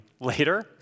later